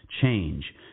change